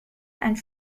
and